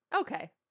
Okay